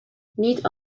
niet